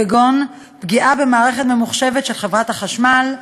כגון פגיעה במערכת ממוחשבת של חברת החשמל,